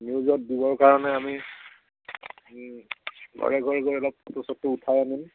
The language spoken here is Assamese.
নিউজত দিবৰ কাৰণে আমি ঘৰে ঘৰে গৈ অলপ ফটো চটো উঠাই আনিম